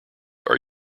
are